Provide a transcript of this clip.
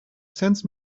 sensed